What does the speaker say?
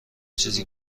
چیزی